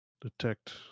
detect